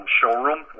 showroom